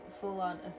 full-on